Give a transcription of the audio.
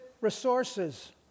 resources